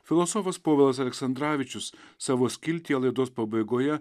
filosofas povilas aleksandravičius savo skiltyje laidos pabaigoje